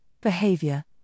behavior